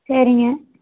சரிங்க